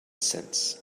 since